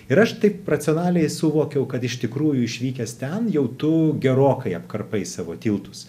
ir aš taip racionaliai suvokiau kad iš tikrųjų išvykęs ten jau tu gerokai apkarpai savo tiltus